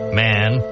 man